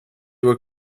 were